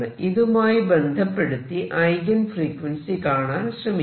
ഇതുമായി ബന്ധപ്പെടുത്തി eigen frequency കാണാൻ ശ്രമിക്കാം